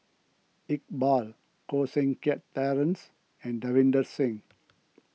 Iqbal Koh Seng Kiat Terence and Davinder Singh